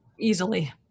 easily